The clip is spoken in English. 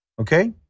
Okay